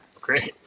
Great